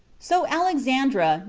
so alexandra,